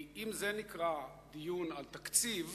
אם זה נקרא דיון על תקציב,